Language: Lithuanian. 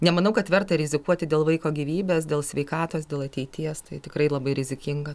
nemanau kad verta rizikuoti dėl vaiko gyvybės dėl sveikatos dėl ateities tai tikrai labai rizikinga